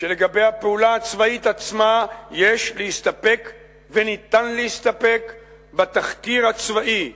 שלגבי הפעולה הצבאית עצמה יש להסתפק וניתן להסתפק בתחקיר הצבאי שלנו,